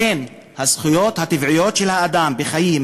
לכן הזכויות הטבעיות של האדם בחיים,